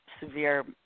severe